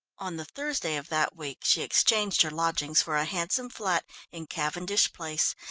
on the thursday of that week she exchanged her lodgings for a handsome flat in cavendish place,